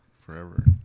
forever